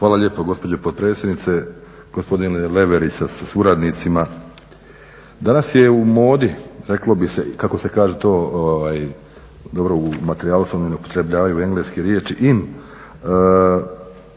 Hvala lijepo gospođo potpredsjednice, gospodine Leverić sa suradnicima. Danas je u modi reklo bi se, kako se kaže to dobro u materijalu s obzirom da upotrebljavaju engleske riječi in